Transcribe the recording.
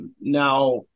now